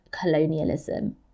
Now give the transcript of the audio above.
colonialism